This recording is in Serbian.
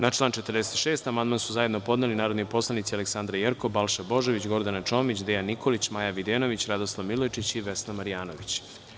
Na član 46. amandman su zajedno podneli narodni poslanici Aleksandra Jerkov, Balša Božović, Gordana Čomić, Dejan Nikolić, Maja Videnović, Radoslav Milojičić i Vesna Marjanović.